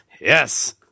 Yes